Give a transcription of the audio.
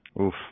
Oof